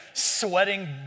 sweating